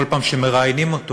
כל פעם שמראיינים אותו